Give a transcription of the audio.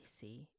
see